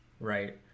right—